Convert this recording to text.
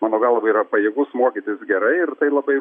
mano galva yra pajėgus mokytis gerai ir tai labai